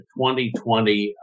2020